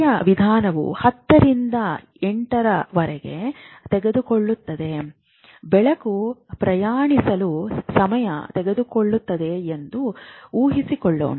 ಕಾರ್ಯವಿಧಾನವು 10 ರಿಂದ 8 ರವರೆಗೆ ತೆಗೆದುಕೊಳ್ಳುತ್ತದೆ ಬೆಳಕು ಪ್ರಯಾಣಿಸಲು ಸಮಯ ತೆಗೆದುಕೊಳ್ಳುತ್ತದೆ ಎಂದು ಊಹಿಸಿಕೊಳೋಣ